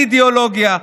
אין אידיאולוגיה.